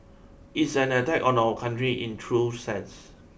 it's an attack on our country in true sense